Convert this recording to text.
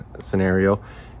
scenario